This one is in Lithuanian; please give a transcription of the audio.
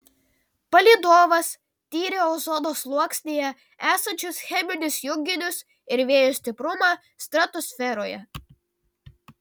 palydovas tyrė ozono sluoksnyje esančius cheminius junginius ir vėjo stiprumą stratosferoje